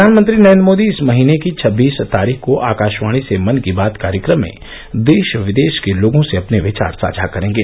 प्रधानमंत्री नरेन्द्र मोदी इस महीने की छब्बीस तारीख को आकाशवाणी से मन की बात कार्यक्रम में देश विदेश के लोगों से अपने विचार साझा करेंगे